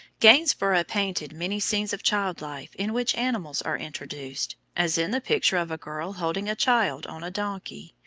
gainsborough painted many scenes of child-life in which animals are introduced, as in the picture of a girl holding a child on a donkey,